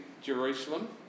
Jerusalem